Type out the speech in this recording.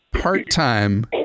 part-time